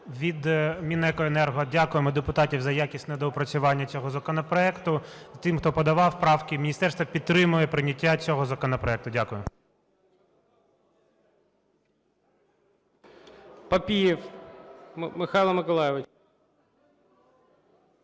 Від Мінекоенерго дякуємо депутатам за якісне доопрацювання цього законопроекту, тим, хто подавав правки. Міністерство підтримує прийняття цього законопроекту. Дякую.